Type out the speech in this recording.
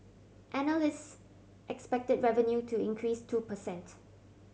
analysts expect revenue to increase two per cent